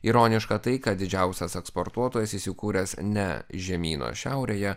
ironiška tai kad didžiausias eksportuotojas įsikūręs ne žemyno šiaurėje